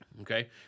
Okay